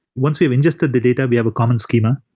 once we have ingested the data, we have a common schema,